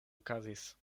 okazis